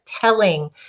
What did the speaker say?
telling